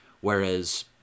whereas